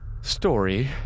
story